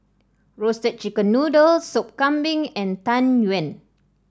Roasted Chicken Noodle Sup Kambing and Tang Yuen